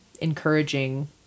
encouraging